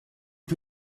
for